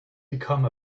become